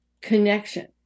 connection